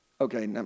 Okay